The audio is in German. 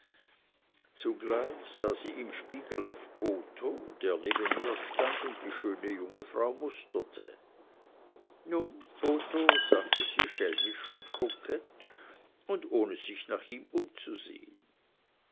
zugleich sah sie im spiegel auf botho der neben ihr stand und die schöne junge frau musterte nun botho sagte sie schelmisch und kokett und ohne sich nach ihm umzusehen